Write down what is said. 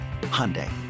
Hyundai